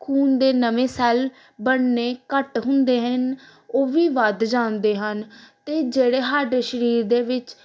ਖੂਨ ਦੇ ਨਵੇਂ ਸੈੱਲ ਬਣਨੇ ਘੱਟ ਹੁੰਦੇ ਹਨ ਉਹ ਵੀ ਵੱਧ ਜਾਂਦੇ ਹਨ ਅਤੇ ਜਿਹੜੇ ਸਾਡੇ ਸਰੀਰ ਦੇ ਵਿੱਚ